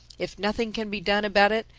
if nothing can be done about it,